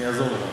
אני אעזור לך,